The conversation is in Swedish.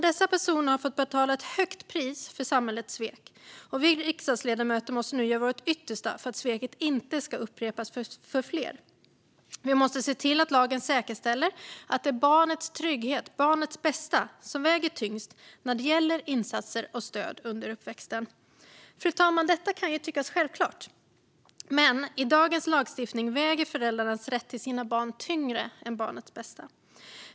Dessa personer har fått betala ett högt pris för samhällets svek, och vi riksdagsledamöter måste göra vårt yttersta för att sveket inte ska upprepas för fler. Vi måste se till att lagen säkerställer att det är barnets trygghet, barnets bästa som väger tyngst när det gäller insatser och stöd under uppväxten. Fru talman! Detta kan tyckas självklart, men i dagens lagstiftning väger föräldrarnas rätt till sina barn tyngre än barnets bästa.